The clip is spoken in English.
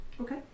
Okay